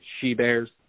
She-Bears